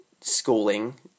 schooling